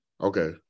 Okay